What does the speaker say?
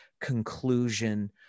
conclusion